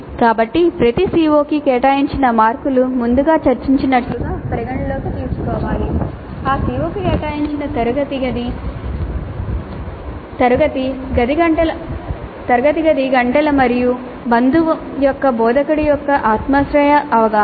కాబట్టి ప్రతి CO కి కేటాయించిన మార్కులు ముందుగా చర్చించినట్లుగా పరిగణనలోకి తీసుకోవాలి ఆ CO కి కేటాయించిన తరగతి గది గంటలు మరియు బంధువు యొక్క బోధకుడి యొక్క ఆత్మాశ్రయ అవగాహన